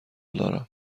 دارم